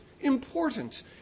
important